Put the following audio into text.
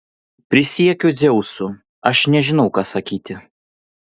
prisiekiu dzeusu aš nežinau ką sakyti